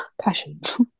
Passions